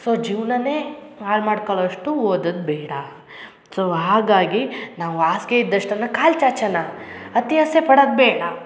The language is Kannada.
ಸೋ ಜೀವನನೇ ಹಾಳು ಮಾಡ್ಕೊಳ್ಳೋಷ್ಟು ಓದೋದು ಬೇಡ ಸೊ ಹಾಗಾಗಿ ನಾವು ಹಾಸ್ಗೆ ಇದ್ದಷ್ಟನ್ನು ಕಾಲು ಚಾಚಣ ಅತಿ ಆಸೆ ಪಡೋದ್ ಬೇಡ